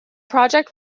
project